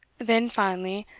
then, finally,